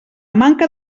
manca